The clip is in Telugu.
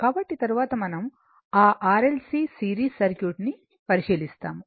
కాబట్టి తరువాత మనం ఆ R L C సిరీస్ సర్క్యూట్ను పరిశీలిస్తాము